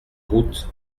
route